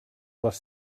les